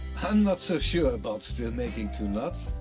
and not so sure about still making two knots?